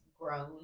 grown